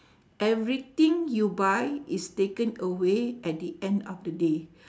everything you buy is taken away at the end of the day